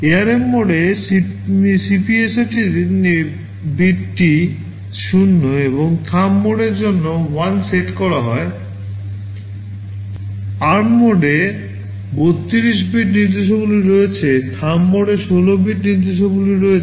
ARM মোডে CPSRতে টি বিটটি 0 এবং থাম্ব মোডের জন্য 1 সেট করা হয় ARM মোডে 32 বিট নির্দেশাবলী রয়েছে থাম্ব মোডে 16 বিট নির্দেশাবলী রয়েছে